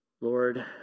Lord